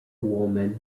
woman